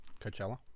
Coachella